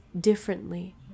differently